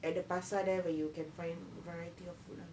at the pasar there where you can find variety of food lah